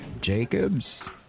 Jacobs